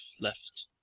left